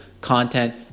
content